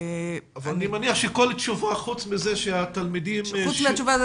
ואני מודיע שכל תשובה חוץ מזה שהתלמידים --- כל תשובה חוץ